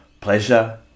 pleasure